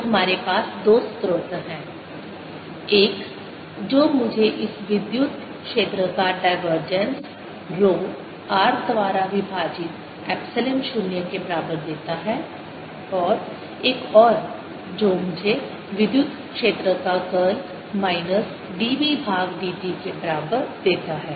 तो हमारे पास दो स्रोत हैं एक जो मुझे इस विद्युत क्षेत्र का डाइवर्जेंस रो r द्वारा विभाजित एप्सिलॉन 0 के बराबर देता है और एक और जो मुझे विद्युत क्षेत्र का कर्ल माइनस dB भाग dt के बराबर देता है